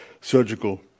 surgical